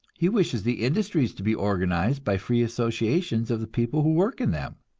he wishes the industries to be organized by free associations of the people who work in them.